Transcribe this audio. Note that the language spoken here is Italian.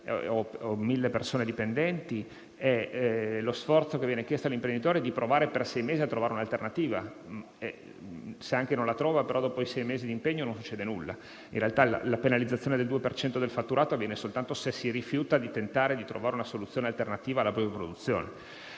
o mille persone dipendenti e lo sforzo che viene chiesto all'imprenditore è di provare per sei mesi a trovare un'alternativa. Se non la trova, però, dopo i sei mesi di impegno non succede nulla. In realtà la penalizzazione del 2 per cento del fatturato avviene soltanto se si rifiuta di tentare di trovare una soluzione alternativa alla delocalizzazione.